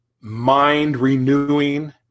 mind-renewing